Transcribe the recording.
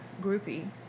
Groupie